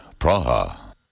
Praha